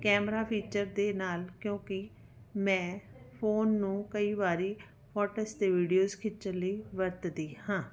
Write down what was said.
camera feature ਦੇ ਨਾਲ ਕਿਉਂਕਿ ਮੈਂ ਫੋਨ ਨੂੰ ਕਈ ਵਾਰ ਫੋਟਸ ਅਤੇ ਵੀਡੀਓ ਖਿੱਚਣ ਲਈ ਵਰਤਦੀ ਹਾਂ